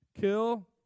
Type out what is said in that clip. kill